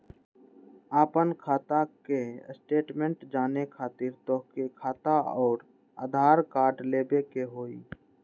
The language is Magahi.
आपन खाता के स्टेटमेंट जाने खातिर तोहके खाता अऊर आधार कार्ड लबे के होइ?